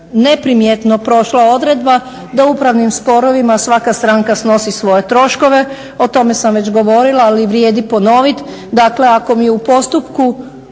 neprimjetno prošla odredba da u upravnim sporovima svaka stranka snosi svoje troškove. O tome sam već govorila ali vrijedi ponoviti, dakle ako mi u upravnom